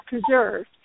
preserved